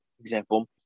example